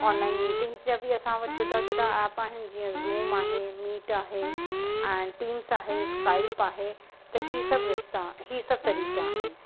online meetings जा बि असां वटि जुदा जुदा ऐप आहिनि जीअं ज़ूम आहे मीट आहे ऐं टीम्स आहे स्काईप आहे त ही सभु रिश्ता ही सभु तरीक़ा आहिनि